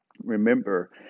Remember